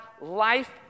life